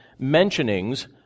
mentionings